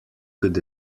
could